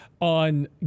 on